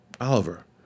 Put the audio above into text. Oliver